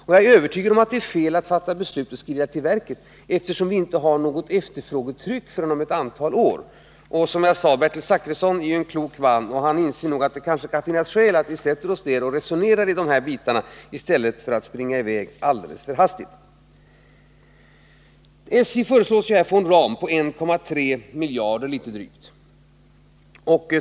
Och jag är övertygad om att det är fel att fatta beslut och skrida till verket, eftersom vi inte har något efterfrågetryck förrän om ett antal år. Bertil Zachrisson är ju, som jag nyss sade, en klok man, och han inser nog att det kan finnas skäl att vi sätter oss ner och resonerar om de här bitarna i stället för att springa i väg alldeles för hastigt. SJ föreslås få en ram på drygt 1,3 miljarder.